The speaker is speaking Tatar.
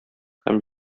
һәм